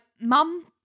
mum